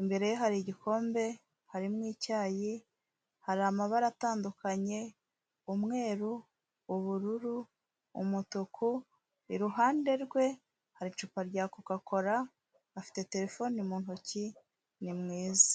imbere ye hari igikombe, harimo icyayi, hari amabara atandukanye umweru, ubururu, umutuku, iruhande rwe hari icupa rya Koka kora, afite terefone mu ntoki, ni mwiza.